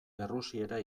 errusiera